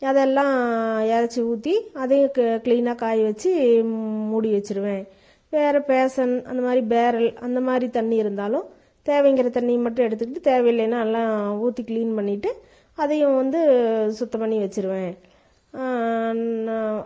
அதெல்லாம் இறைச்சி ஊற்றி கிளீனாக காயவச்சு மூ மூடி வச்சுடுவேன் வேறு பேஷன் அந்த மாதிரி பேரல் அந்த மாதிரி தண்ணி இருந்தாலும் தேவைங்கிற தண்ணியை மட்டும் எடுத்துக்கிட்டு தேவையில்லையினால் எல்லாம் ஊற்றி கிளீன் பண்ணிவிட்டு அதையும் வந்து சுத்தம் பண்ணி வச்சுடுவேன்